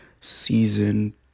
Season